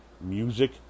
music